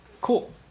Cool